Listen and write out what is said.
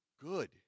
good